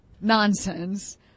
nonsense